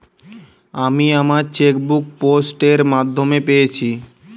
আমি আমার chequebook post এর মাধ্যমে পেয়েছি